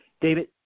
David